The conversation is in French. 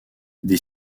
des